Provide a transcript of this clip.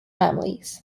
families